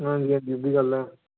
आं जेह्ड़ी गल्ल होग